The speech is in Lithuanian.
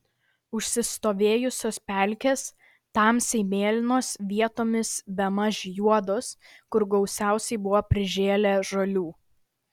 užsistovėjusios pelkės tamsiai mėlynos vietomis bemaž juodos kur gausiai buvo prižėlę žolių